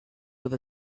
with